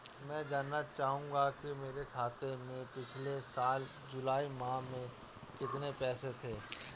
मैं जानना चाहूंगा कि मेरे खाते में पिछले साल जुलाई माह में कितने पैसे थे?